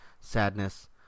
sadness